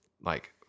like-